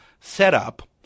setup